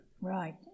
right